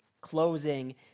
closing